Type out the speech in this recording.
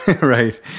Right